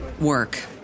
work